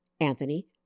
Anthony